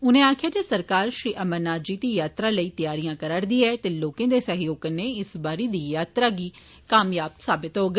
उनें आक्खेआ जे सरकार श्री अमरनाथ जी दी यात्रा लेई त्यारियां करा'रदी ऐ ते लोकें दे सैहयोग कन्नै इस बारी दी यात्रा बी कामयाब साबत होग